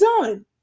done